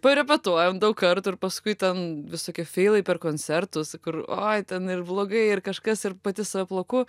parepetuojam daug kartų ir paskui ten visokie feilai per koncertus kur oi ten ir blogai ir kažkas ir pati save plaku